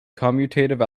commutative